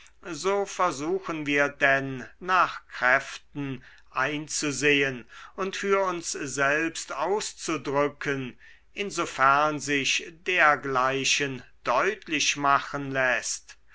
so versuchen wir denn nach kräften einzusehen und für uns selbst auszudrücken insofern sich dergleichen deutlich machen läßt